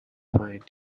find